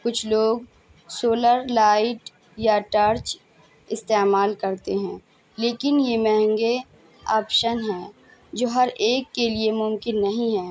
کچھ لوگ solar light یا ٹارچ استعمال کرتے ہیں لیکن یہ مہنگے آپشن ہیں جو ہر ایک کے لیے ممکن نہیں ہیں